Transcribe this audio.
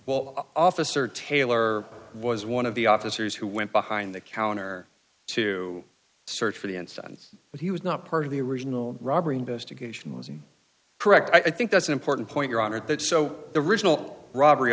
well officer taylor was one of the officers who went behind the counter to search for the instance that he was not part of the original robbery investigation was correct i think that's an important point your honor that so the original robbery